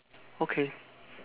okay